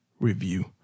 review